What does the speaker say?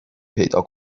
پیدا